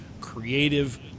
creative